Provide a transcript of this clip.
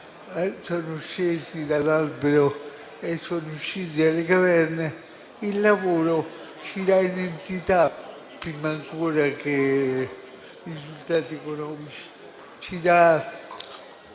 sono scesi dall'albero e sono usciti dalle caverne, il lavoro ci dà identità, prima ancora che risultati economici.